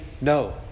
no